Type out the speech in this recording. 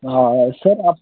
हाँ हाँ सर आप